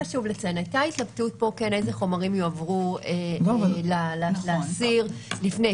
--- חשוב לציין שהייתה התלבטות פה איזה חומרים יועברו לאסיר לפני.